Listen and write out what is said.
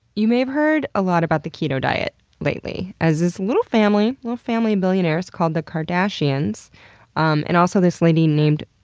you may have heard a lot about the keto diet lately, as this little family, little family of billionaires, called the kardashians um and also this lady named,